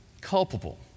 culpable